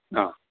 ആ